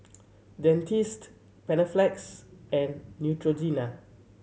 Dentiste Panaflex and Neutrogena